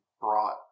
brought